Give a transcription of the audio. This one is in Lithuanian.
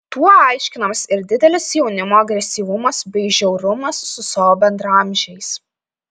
tuo aiškinamas ir didelis jaunimo agresyvumas bei žiaurumas su savo bendraamžiais